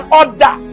order